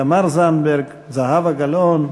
תמר זנדברג וזהבה גלאון,